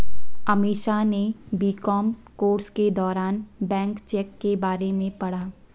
अमीषा ने B Com course के दौरान बैंक चेक के बारे में पढ़ा